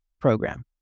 program